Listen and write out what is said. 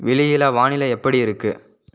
வெளியில் வானிலை எப்படி இருக்கு